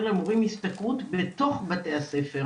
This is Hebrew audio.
למורים השתכרות תוספתית בתוך בתי הספר.